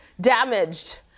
damaged